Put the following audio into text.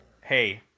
Hey